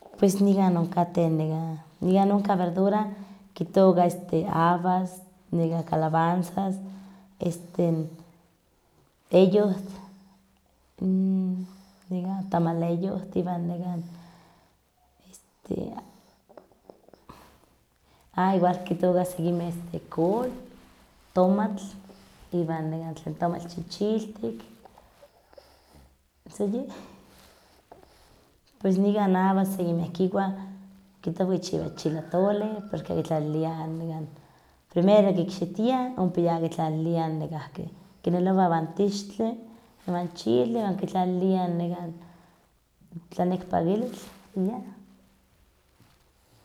Pues nikan onkaten nekah, nkan onkateh verdura kitokah este abas, nekan calabanzas, este eyohtl, nekan tamaleyohtl, iwan nekan ah igual kitoka sekinmeh col, tomatl, iwan tlen tomatl chichiltik, san yeh. Pues nikan abas seki kichiwah kihtowa kichiwah chileatole porque kitlialiah nekan. primero kikxitiah ompa ya kitlaliliah nekan kinelowah iwan tixtli iwan kitlaliliah nekan tlanekpakilitl y ya.